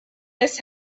miss